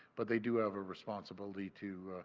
but, they do have a responsibility to